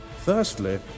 Firstly